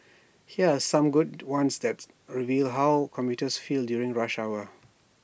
here are some good ones that reveal how commuters feel during rush hour